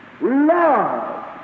love